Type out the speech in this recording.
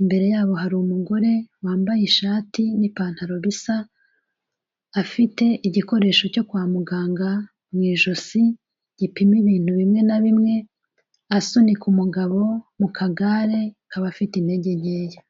imbere yabo hari umugore wambaye ishati n'ipantaro bisa, afite igikoresho cyo kwa muganga mu ijosi gipima ibintu bimwe na bimwe, asunika umugabo mu kagare k'abafite intege nkeya.